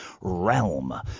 Realm